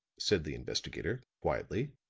said the investigator, quietly,